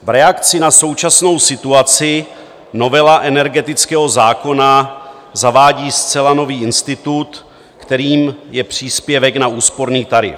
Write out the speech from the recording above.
V reakci na současnou situaci novela energetického zákona zavádí zcela nový institut, kterým je příspěvek na úsporný tarif.